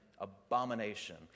abomination